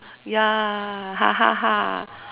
ya